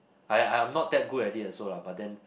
I I'm not that good at it also lah but then